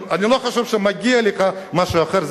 אני לא חושב שמגיע לך משהו אחר,